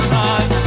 time